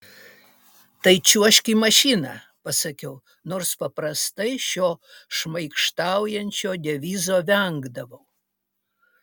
tai čiuožk į mašiną pasakiau nors paprastai šio šmaikštaujančio devizo vengdavau